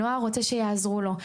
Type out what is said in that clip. הנוער רוצה שיעזרו לו,